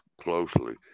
closely